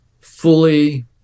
fully